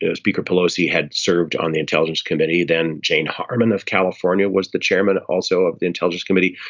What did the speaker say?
yeah speaker pelosi had served on the intelligence committee. then jane harman of california was the chairman also of the intelligence committee.